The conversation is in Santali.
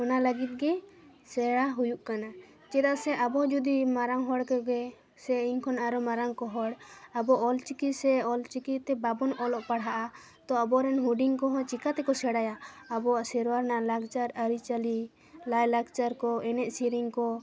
ᱚᱱᱟ ᱞᱟᱹᱜᱤᱫ ᱜᱮ ᱥᱮᱬᱟ ᱦᱩᱭᱩᱜ ᱠᱟᱱᱟ ᱪᱮᱫᱟᱜ ᱥᱮ ᱟᱵᱚ ᱡᱩᱫᱤ ᱢᱟᱨᱟᱝ ᱦᱚᱲ ᱠᱚᱜᱮ ᱥᱮ ᱤᱧ ᱠᱷᱚᱱ ᱟᱨ ᱢᱟᱨᱟᱝ ᱠᱚ ᱦᱚᱲ ᱟᱵᱚ ᱚᱞ ᱪᱤᱠᱤ ᱥᱮ ᱚᱞᱪᱤᱠᱤ ᱛᱮ ᱵᱟᱵᱚᱱ ᱚᱞᱚᱜ ᱯᱟᱲᱦᱟᱜᱼᱟ ᱛᱚ ᱟᱵᱚᱨᱮᱱ ᱦᱩᱰᱤᱝ ᱠᱚᱦᱚᱸ ᱪᱤᱠᱟᱹᱛᱮᱠᱚ ᱥᱮᱬᱟᱭᱟ ᱟᱵᱚᱣᱟᱜ ᱥᱮᱨᱣᱟ ᱨᱮᱱᱟᱜ ᱞᱟᱠᱪᱟᱨ ᱟᱹᱨᱤᱪᱟᱹᱞᱤ ᱞᱟᱭᱞᱟᱠᱪᱟᱨ ᱠᱚ ᱮᱱᱮᱡ ᱥᱮᱨᱮᱧ ᱠᱚ